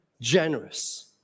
generous